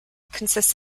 consists